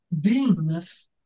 beingness